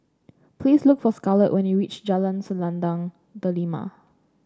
please look for Scarlet when you reach Jalan Selendang Delima